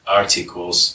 articles